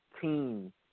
team